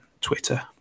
Twitter